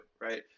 Right